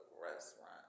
restaurant